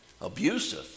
Abusive